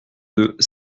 deux